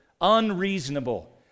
unreasonable